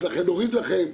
לכן נוריד לכם.